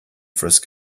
frisk